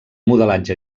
modelatge